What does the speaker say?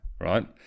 right